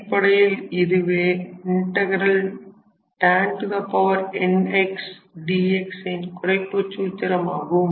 அடிப்படையில் இதுவே tan n x dx ன் குறைப்புச் சூத்திரமாகும்